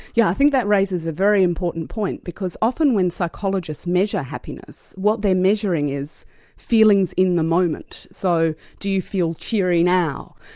yeah i think that raises a very important point, because often when psychologists measure happiness, what they're measuring is feelings in the moment. so, do you feel cheery now?